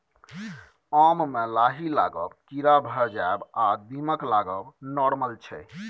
आम मे लाही लागब, कीरा भए जाएब आ दीमक लागब नार्मल छै